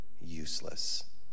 useless